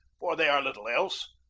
for they are little else,